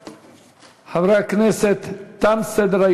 תודה.